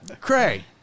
Cray